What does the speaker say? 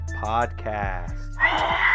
Podcast